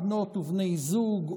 בנות ובני זוג,